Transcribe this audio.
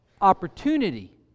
opportunity